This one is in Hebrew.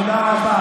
תודה רבה.